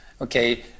okay